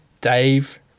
Dave